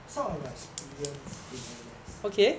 sort of like experience in N_S